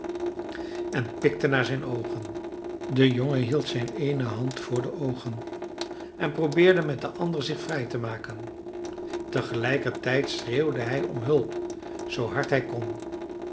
en pikte naar zijn oogen de jongen hield zijn eene hand voor de oogen en probeerde met de andere zich vrij te maken tegelijkertijd schreeuwde hij om hulp zoo hard hij kon